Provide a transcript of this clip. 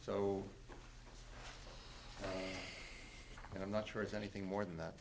so i'm not sure it's anything more than that